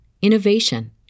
innovation